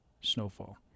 snowfall